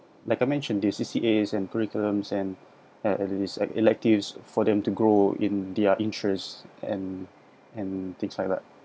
like I mentioned the C_C_A and curriculums and add to this like electives for them to grow in their interest and and things like that